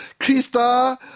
Krista